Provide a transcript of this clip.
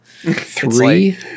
Three